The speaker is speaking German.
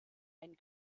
einen